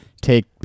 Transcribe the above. take